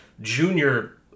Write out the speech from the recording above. Junior